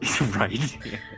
Right